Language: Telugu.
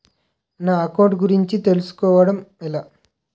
నా అకౌంట్ గురించి తెలుసు కోవడం ఎలా?